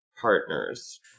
partners